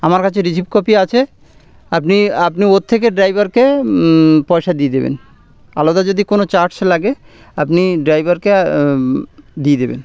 আমার কাছে received copy আছে আপনি আপনি ওর থেকে ড্রাইভারকে পয়সা দিয়ে দেবেন আলাদা যদি কোনো চার্জ লাগে আপনি ড্রাইভারকে দিয়ে দেবেন